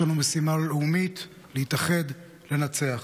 יש לנו משימה לאומית להתאחד, לנצח.